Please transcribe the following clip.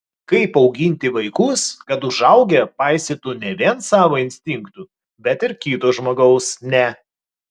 kaip auginti vaikus kad užaugę paisytų ne vien savo instinktų bet ir kito žmogaus ne